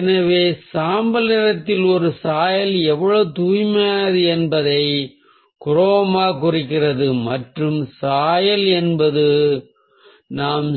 எனவே சாம்பல் நிறத்தில் ஒரு சாயல் எவ்வளவு தூய்மையானது என்பதை குரோமா குறிக்கிறது மற்றும் சாயல் என்பது நாம்